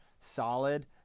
solid